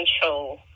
control